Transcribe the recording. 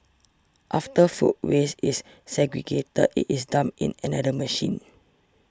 after food waste is segregated it is dumped in another machine